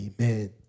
Amen